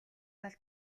тал